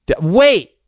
Wait